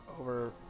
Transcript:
over